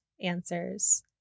answers